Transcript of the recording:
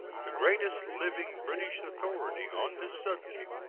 the greatest living british authority on this subject,